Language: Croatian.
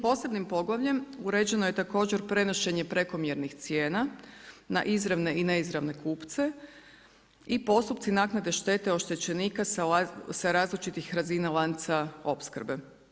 Posebnim poglavljem, uređeno je također, prenošenje prekomjernih cijena na izravne i neizravne kupce, i postupci naknade štete oštećenika sa različitih razina lanca opskrbe.